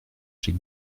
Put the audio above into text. chez